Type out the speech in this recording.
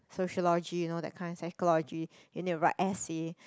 sociology you know that kind psychology you need to write essay